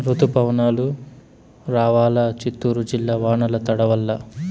రుతుపవనాలు రావాలా చిత్తూరు జిల్లా వానల్ల తడవల్ల